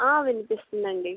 వినిపిస్తుందండి